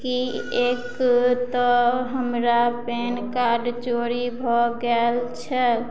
किएक तऽ हमरा पैन कार्ड चोरी भऽ गेल छै